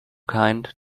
kind